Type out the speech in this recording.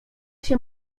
się